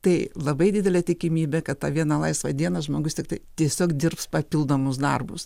tai labai didelė tikimybė kad tą vieną laisvą dieną žmogus tiktai tiesiog dirbs papildomus darbus